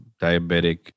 Diabetic